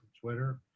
Twitter